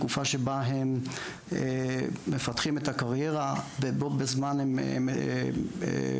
בתקופה שבה הן מפתחות את הקריירה ומגדלות ילדים,